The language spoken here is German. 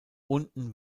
unten